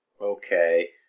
Okay